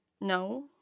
No